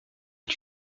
est